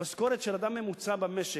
המשכורת של אדם ממוצע במשק,